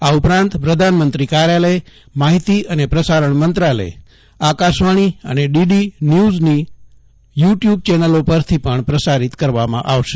આ ઉપરાંત પ્રધાનમંત્રી કાર્યાલય માહિતી અને પ્રસારણ મંત્રાલય આકાશવાણી અને ડીડી ન્યૂ ઝની યુ ટ્યુ બ ચેનલો પરથી પણ પ્રસારિત કરવામાં આવશે